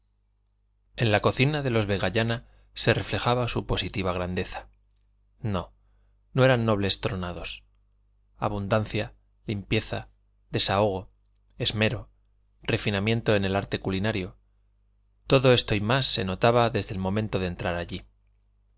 en la cocina de los vegallana se reflejaba su positiva grandeza no no eran nobles tronados abundancia limpieza desahogo esmero refinamiento en el arte culinario todo esto y más se notaba desde el momento de entrar allí